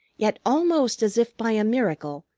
yet, almost as if by a miracle,